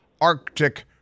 Arctic